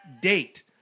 date